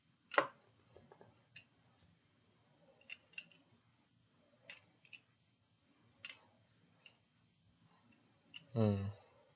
mm